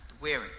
Weary